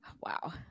Wow